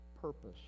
purpose